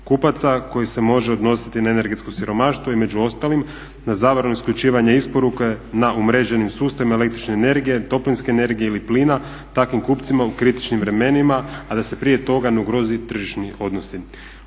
kupaca koji se može odnositi na energetsko siromaštvo i među ostalim na zabranu isključivanja isporuke na umreženim sustavima električne energije, toplinske energije ili plina takvim kupcima u kritičnim vremenima, a da se prije toga ne ugroze tržišni odnosi.